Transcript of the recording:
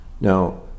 Now